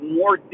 more